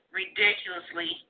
ridiculously